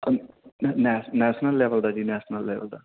ਨੈਸ਼ national level ਦਾ ਜੀ national level ਦਾ